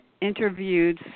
interviewed